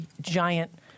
giant